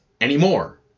anymore